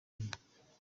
inyuma